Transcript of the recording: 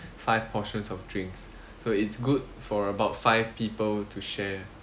five portions of drinks so it's good for about five people to share